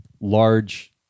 large